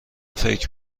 فکر